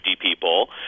people